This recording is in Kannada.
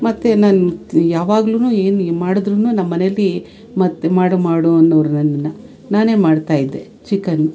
ಮತ್ತು ನಾನ್ ಯಾವಾಗ್ಲೂ ಏನೇ ಮಾಡಿದ್ರು ನಮ್ಮಮನೇಲಿ ಮತ್ತು ಮಾಡು ಮಾಡು ಅನ್ನೋರು ನನ್ನನ್ನು ನಾನೇ ಮಾಡ್ತಾಯಿದ್ದೆ ಚಿಕನ್